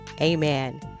Amen